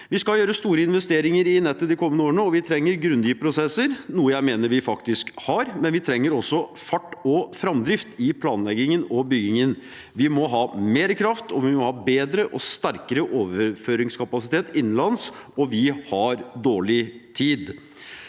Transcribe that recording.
Vi skal gjøre store investeringer i nettet de kommende årene, og vi trenger grundige prosesser, noe jeg mener vi faktisk har, men vi trenger også fart og framdrift i planleggingen og byggingen. Vi må ha mer kraft, vi må ha bedre og sterkere overføringskapasitet innenlands, og vi har dårlig tid.